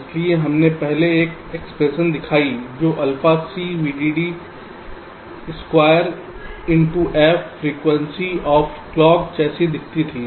इसलिए हमने पहले एक एक्सप्रेशन दिखाई जो alpha C VDD square into f frequency of clock जैसी दिखती थी